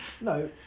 No